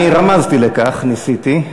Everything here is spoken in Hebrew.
אני רמזתי לכך, ניסיתי.